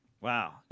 Wow